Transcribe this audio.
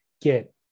get